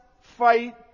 fight